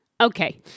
Okay